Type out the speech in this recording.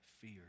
fear